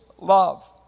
love